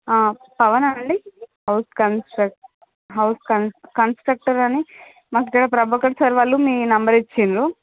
పవనా అండి house construct house cons కన్స్ట్రక్టరని మాకు గా ప్రభాకర్ సార్ వాళ్ళు మీ నంబర్ ఇచ్చిండ్రు